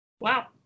Wow